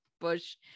bush